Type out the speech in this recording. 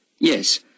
Yes